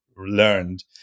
learned